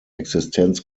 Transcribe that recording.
existenz